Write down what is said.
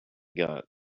got